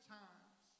times